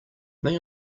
may